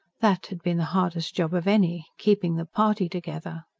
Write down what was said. that had been the hardest job of any keeping the party together.